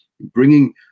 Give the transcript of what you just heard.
bringing